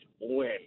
win